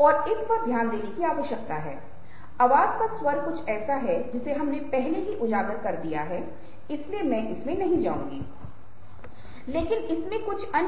यहाँ हम दुःख की वास्तविक अभिव्यक्ति को नहीं देख रहे हैं मैं आपको उन लोगों की पहचान करने के